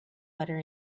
butter